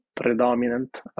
predominant